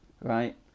right